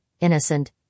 innocent